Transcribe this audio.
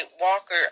Walker